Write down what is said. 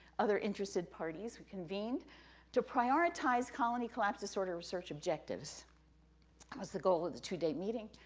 other interested parties, convened to prioritize colony collapse disorder research objectives was the goal of the two-day meeting,